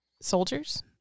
soldiers